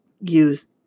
use